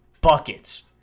buckets